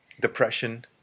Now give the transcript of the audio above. Depression